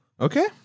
Okay